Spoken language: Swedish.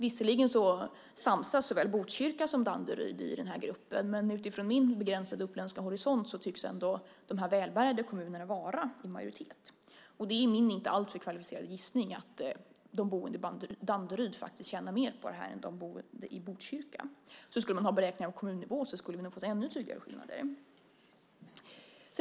Visserligen samsas såväl Danderyd som Botkyrka i den här gruppen, men utifrån min begränsade uppländska horisont tycks ändå de välbärgade kommunerna vara i majoritet. Min inte alltför kvalificerade gissning är att de boende i Danderyd tjänar mer på det här än de boende i Botkyrka. Skulle vi ha beräkningar på kommunnivå skulle vi nog få se ännu tydligare skillnader.